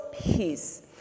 peace